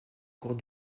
cours